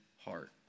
heart